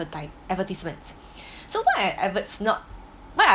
adverti~ advertisements so why are adverts not